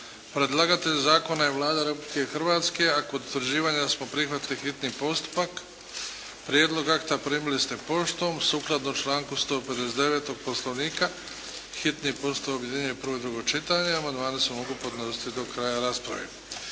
Predlagatelj zakona je Vlada Republike Hrvatske a kod Utvrđivanja smo prihvatili hitni postupak. Prijedlog akta primili ste poštom sukladno članku 159. Poslovnika. Hitni postupak objedinjuje prvo i drugo čitanje. Amandmani se mogu podnositi do kraja rasprave.